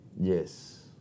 Yes